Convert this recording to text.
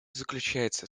заключается